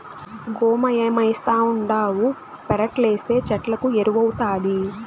గోమయమేస్తావుండావు పెరట్లేస్తే చెట్లకు ఎరువౌతాది